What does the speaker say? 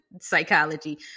psychology